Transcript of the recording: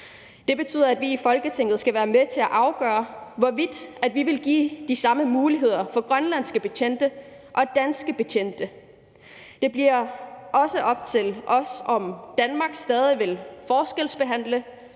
Det betyder, at vi i Folketinget skal være med til at afgøre, hvorvidt vi vil give de samme muligheder til grønlandske betjente som til danske betjente. Det bliver også op til os, om Danmark stadig vil forskelsbehandle